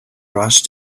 rushed